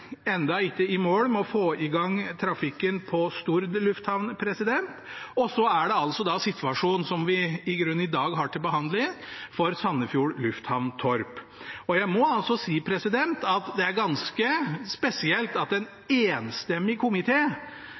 ikke i mål med å få i gang trafikken på Stord lufthavn. Så er det situasjonen for Sandefjord lufthavn Torp, som vi i grunnen har til behandling i dag. Jeg må si at det er ganske spesielt at en enstemmig